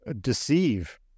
deceive